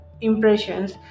impressions